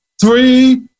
three